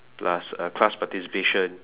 plus uh class participation